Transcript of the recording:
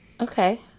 Okay